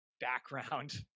background